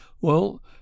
Well